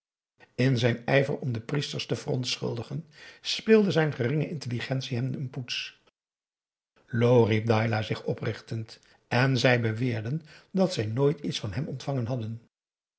in zijn ijver om de priesters te verontschuldigen speelde zijn geringe intelligentie hem een poets loh riep dailah zich oprichtend en zij beweerden dat zij nooit iets van hem ontvangen hadden